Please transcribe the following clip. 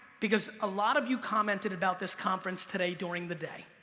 because a lot of you commented about this conference today during the day.